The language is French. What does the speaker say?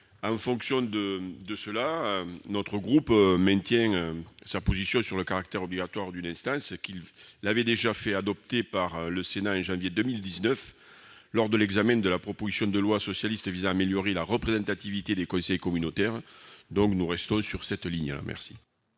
plus grandes. Notre groupe maintient donc sa position sur le caractère obligatoire de cette instance, qu'il avait déjà fait adopter par le Sénat en janvier 2019, lors de l'examen de la proposition de loi socialiste visant à améliorer la représentativité des conseils communautaires. Nous restons sur cette ligne.